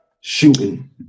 Shooting